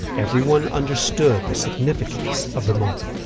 everyone understood the significance of the moment.